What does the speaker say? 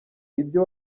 ibyo